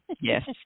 yes